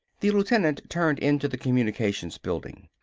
the lieutenant turned into the communications building.